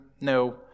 No